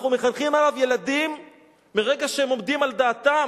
אנחנו מחנכים עליו ילדים מרגע שהם עומדים על דעתם,